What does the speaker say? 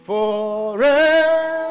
Forever